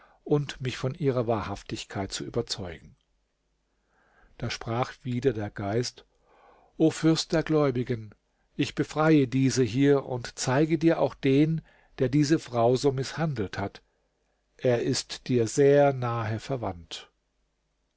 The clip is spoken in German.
und mich von ihrer wahrhaftigkeit zu überzeugen da sprach wieder der geist o fürst der gläubigen ich befreie diese hier und zeige dir auch den der diese frau so mißhandelt hat er ist dir sehr nahe verwandt